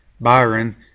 Byron